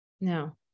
No